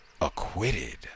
acquitted